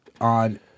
on